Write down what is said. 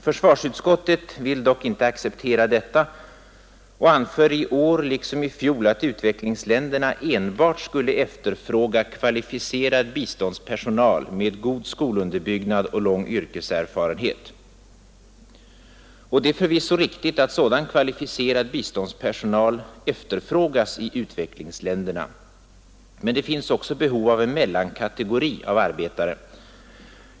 Försvarsutskottet vill dock inte acceptera detta och anför i år liksom i fjol att utvecklingsländerna enbart skulle efterfråga kvalificerad biståndspersonal med god skolunderbyggnad och lång yrkeserfarenhet. Det är förvisso riktigt att sådan kvalificerad biståndspersonal efterfrågas i utvecklingsländerna, men det finns också behov av en mellankategori av arbetare.